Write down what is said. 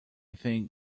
think